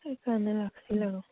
সেইকাৰণে লাগিছিল আৰু